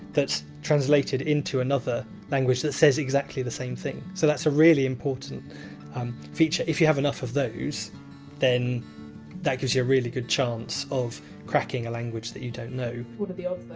that's translated into another language that says exactly the same thing. so that's a really important feature if you have enough of those then that gives you a really good chance of cracking a language that you don't know what are the ah